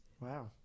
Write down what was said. Wow